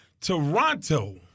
Toronto